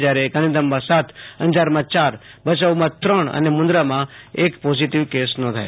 જ્યારે ગાંધીધામમાં સાત અંજારમાં ચાર ભયાઉમાં ત્રણ અને મુન્દ્રમાં એક પોઝિટિવ કેસ નોંધાયા